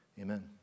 Amen